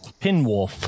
pinwolf